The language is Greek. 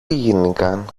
γίνηκαν